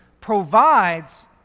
provides